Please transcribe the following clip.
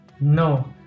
No